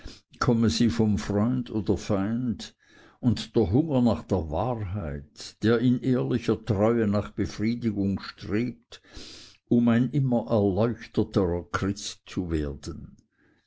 komme sie vom freund oder feind und der hunger nach der wahrheit der in ehrlicher treue nach befriedigung strebt um ein immer erleuchteterer christ zu werden